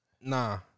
Nah